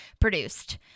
produced